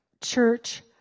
church